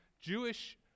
Jewish